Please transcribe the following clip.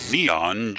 Neon